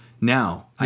now